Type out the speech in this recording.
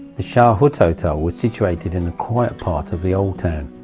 the shahut hotel was situated in a quiet part of the old town.